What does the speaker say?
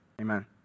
amen